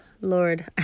Lord